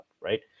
right